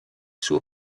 suo